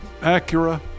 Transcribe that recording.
Acura